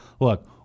look